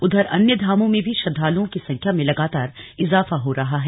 उधर अन्य धामों में भी श्रद्धालुओं की संख्या में लगातार इजाफा हो रहा है